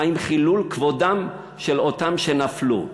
מה עם חילול כבודם של אותם שנפלו?